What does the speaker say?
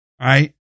right